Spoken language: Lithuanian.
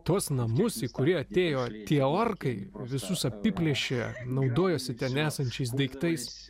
tuos namus į kurį atėjo tie orkai visus apiplėšė naudojosi ten esančiais daiktais